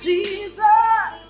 Jesus